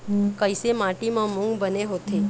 कइसे माटी म मूंग बने होथे?